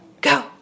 Go